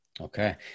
Okay